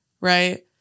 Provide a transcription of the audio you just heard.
right